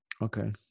Okay